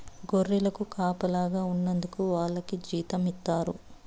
గొర్రెలకు కాపలాగా ఉన్నందుకు వాళ్లకి జీతం ఇస్తారు